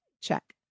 check